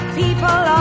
people